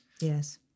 Yes